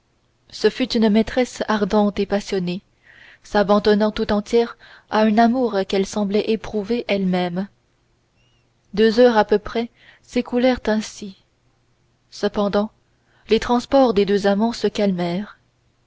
ce fut une maîtresse ardente et passionnée s'abandonnant tout entière à un amour qu'elle semblait éprouver elle-même deux heures à peu près s'écoulèrent ainsi cependant les transports des deux amants se calmèrent